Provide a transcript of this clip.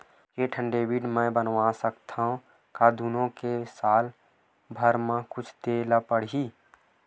के ठन डेबिट मैं बनवा रख सकथव? का दुनो के साल भर मा कुछ दे ला पड़ही?